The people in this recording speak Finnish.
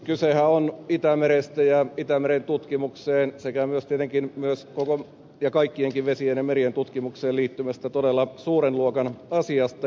kysehän on itämerestä ja itämeren tutkimukseen sekä myös tietenkin kaikkienkin vesien ja merien tutkimukseen liittyvästä todella suuren luokan asiasta